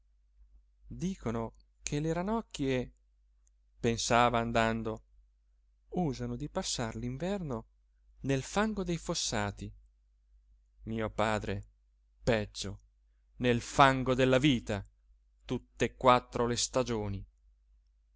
dicono che le ranocchie pensava andando usano di passar l'inverno nel fango dei fossati mio padre peggio nel fango della vita tutt'e quattro le stagioni